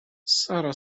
sara